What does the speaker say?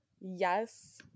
Yes